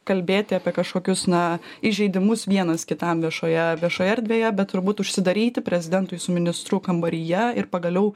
kalbėti apie kažkokius na įžeidimus vienas kitam viešoje viešoje erdvėje bet turbūt užsidaryti prezidentui su ministru kambaryje ir pagaliau